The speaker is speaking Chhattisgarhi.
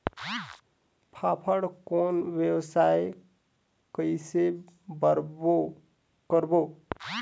फाफण कौन व्यवसाय कइसे करबो?